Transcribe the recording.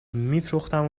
میفروختم